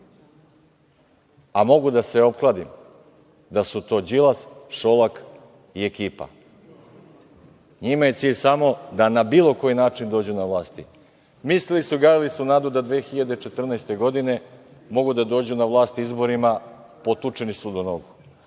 Mogu da se opkladim da su to Đilas, Šolak i ekipa. Njima je cilj samo da na bilo koji način dođu na vlast. Mislili su, gajili su nadu da 2014. godine mogu da dođu na vlast izborima, potučeni su do nogu.